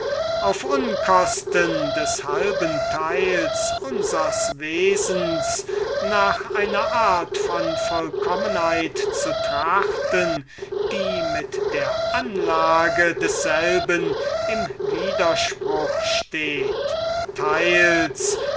auf unkosten des halben teils unsers wesens nach einer art von vollkommenheit zu trachten die mit der anlage desselben im widerspruch steht teils